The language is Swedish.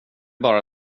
bara